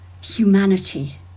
humanity